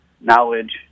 knowledge